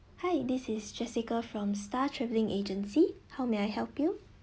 hi this is jessica from star travelling agency how may I help you